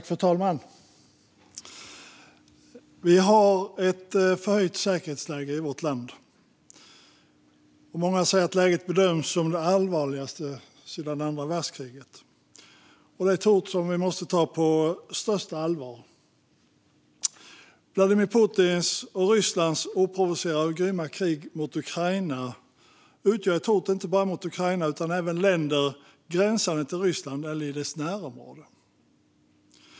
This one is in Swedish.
Fru talman! Vi har ett förhöjt säkerhetsläge i vårt land. Många säger att läget bedöms som det allvarligaste sedan andra världskriget. Det är ett hot som vi måste ta på största allvar. Vladimir Putins och Rysslands oprovocerade och grymma krig mot Ukraina utgör ett hot inte bara mot Ukraina utan även mot länder gränsande till Ryssland eller i dess närområde.